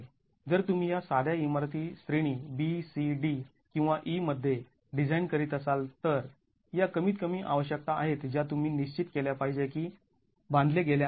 जर तुम्ही ह्या साध्या इमारती श्रेणी B C D किंवा E मध्ये डिझाईन करीत असाल तर या कमीत कमी आवश्यकता आहेत ज्या तुम्ही निश्चित केल्या पाहिजे की बांधले गेल्या आहेत